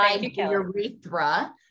urethra